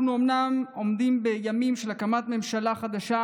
אנחנו אומנם עומדים בימים של הקמת ממשלה חדשה,